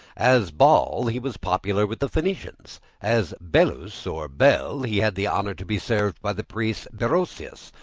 as baal he was popular with the phoenicians as belus or bel he had the honor to be served by the priest berosus,